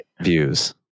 views